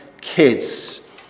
kids